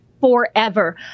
forever